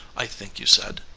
i think you said.